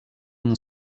mon